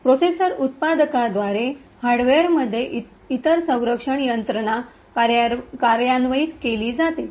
processor उत्पादकांद्वारे हार्डवेअरमध्ये इतर संरक्षण यंत्रणा कार्यान्वित केली जाते